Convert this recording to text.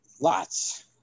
lots